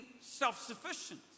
self-sufficient